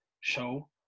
show